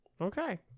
Okay